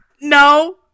No